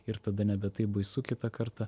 ir tada nebe taip baisu kitą kartą